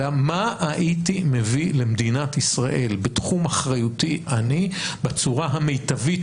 אלא מה הייתי מביא למדינת ישראל בתחום אחריותי אני בצורה המיטבית